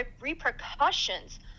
repercussions